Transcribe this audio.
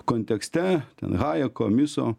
kontekste ten hajeko miso